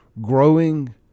growing